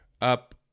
up